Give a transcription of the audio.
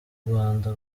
rwanda